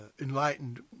enlightened